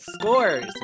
scores